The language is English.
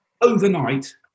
overnight